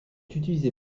utilisé